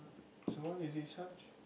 so why is it such